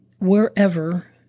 wherever